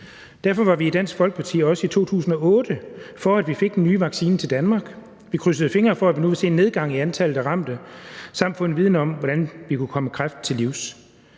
Derfor var vi i Dansk Folkeparti også i 2008 for, at vi fik den nye vaccine til Danmark. Vi krydsede fingre for, at vi nu ville se en nedgang i antallet af ramte samt få en viden om, hvordan vi kunne komme kræften til livs.